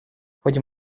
ходе